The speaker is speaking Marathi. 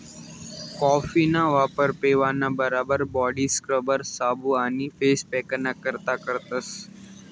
कॉफीना वापर पेवाना बराबर बॉडी स्क्रबर, साबू आणि फेस पॅकना करता करतस